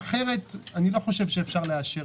אחרת אני לא חושב שאפשר לאשר.